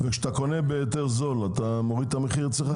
כשאתה קונה בזול יותר אתה מוריד את המחיר אצלך?